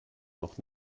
noch